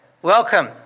Welcome